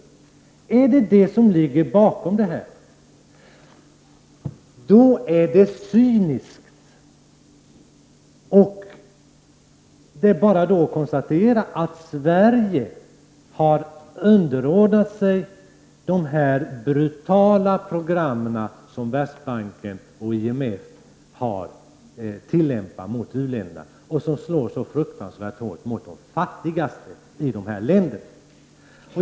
Är det detta som ligger bakom? Det skulle vara cyniskt. Det är bara att konstatera att Sverige har underordnat sig de brutala program som Världsbanken och IMF tillämpar mot u-länderna och som slår så fruktansvärt hårt mot de fattigaste i dessa länder.